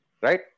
Right